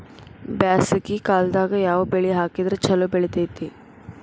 ಬ್ಯಾಸಗಿ ಕಾಲದಾಗ ಯಾವ ಬೆಳಿ ಹಾಕಿದ್ರ ಛಲೋ ಬೆಳಿತೇತಿ?